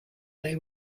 they